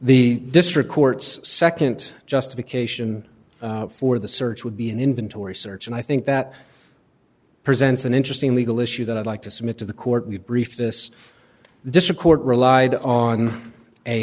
the district court's nd justification for the search would be an inventory search and i think that presents an interesting legal issue that i'd like to submit to the court we brief this district court relied on a